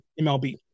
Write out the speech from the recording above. MLB